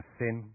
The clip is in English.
sin